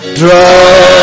draw